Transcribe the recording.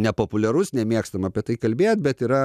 nepopuliarus nemėgstam apie tai kalbėt bet yra